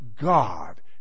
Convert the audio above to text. God